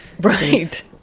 Right